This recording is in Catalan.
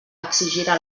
exigirà